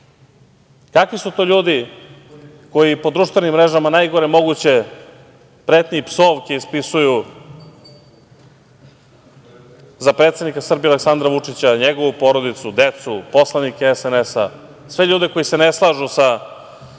ljudi? Kakvi su to ljudi koji po društvenim mrežama najgore moguće pretnje i psovke ispisuju za predsednika Srbije Aleksandra Vučića, njegovu porodicu, decu, poslanike SNS, sve ljude koji se ne slažu sa ideologijom